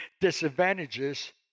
disadvantages